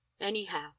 Anyhow